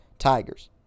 Tigers